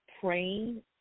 Praying